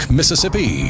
Mississippi